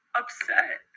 upset